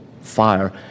fire